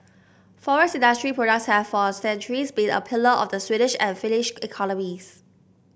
forest industry products have for centuries been a pillar of the Swedish and Finnish economies